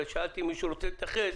ושאלתי אם מישהו רוצה להתייחס,